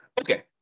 Okay